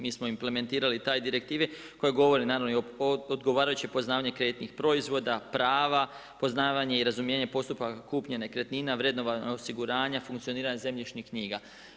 Mi smo implementirati te direktive koje govore naravno i o odgovarajuće poznavanje kreditnih proizvoda, prava, poznavanje i razumijevanje postupaka kupnje nekretnina, vrednovanje osiguranja, funkcioniranja zemljišnih knjiga.